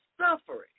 suffering